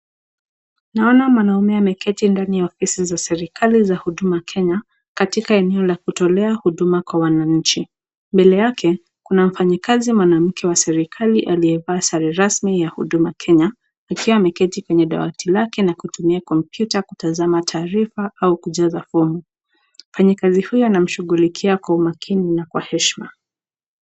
Naona mwanaume ameketi ndani ya ofisi ya serikali ya huduma Kenya katika eneo la kutolea huduma kwa wananchi. Mbele yake kuna mwanamke mfanyikazi wa serikali aliyeva sare rasmi ya huduma kenya akiwa ameketi kwenye dawati lake na kutumia kompyuta kutazama taarifa au kujaza fomu. Mfanya kazi huyu anamshughulikia kwa umakini na heshima.